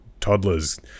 toddlers